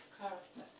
Character